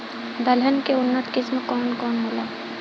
दलहन के उन्नत किस्म कौन कौनहोला?